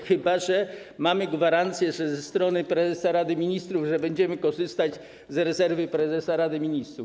Chyba że mamy gwarancję ze strony prezesa Rady Ministrów, że będziemy korzystać z rezerwy prezesa Rady Ministrów.